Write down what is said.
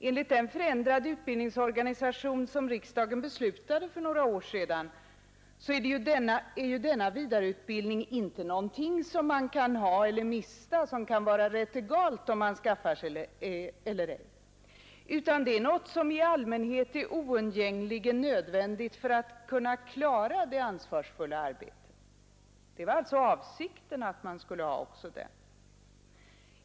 Enligt den förändrade utbildningsorganisation som riksdagen beslutade för några år sedan är denna vidareutbildning inte någonting som man kan ha eller mista, som det kan vara egalt om man skaffar sig eller ej, utan det är någonting som i allmänhet är oundgängligen nödvändigt för att kunna klara det ansvarsfulla arbetet. Det var alltså avsikten att man skulle ha också den.